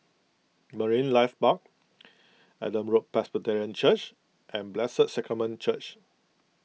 Marine Life Park Adam Road Presbyterian Church and Blessed Sacrament Church